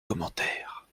commentaire